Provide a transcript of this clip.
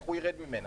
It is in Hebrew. איך הוא ירד ממנה?